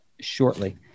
shortly